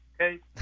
okay